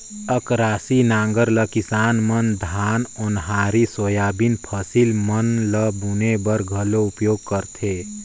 अकरासी नांगर ल किसान मन धान, ओन्हारी, सोयाबीन फसिल मन ल बुने बर घलो उपियोग करथे